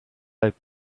like